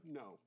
no